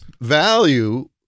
value